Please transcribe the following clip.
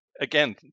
again